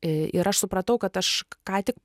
ir aš supratau kad aš ką tik